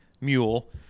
mule